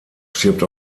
stirbt